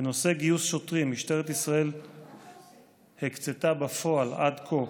בנושא גיוס שוטרים, משטרת ישראל הקצתה בפועל עד כה